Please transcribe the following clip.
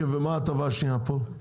ומה ההטבה השנייה פה?